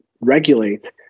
regulate